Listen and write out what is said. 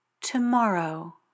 tomorrow